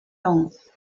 lañs